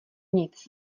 nic